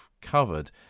covered